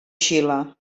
xile